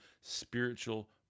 spiritual